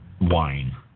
wine